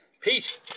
Pete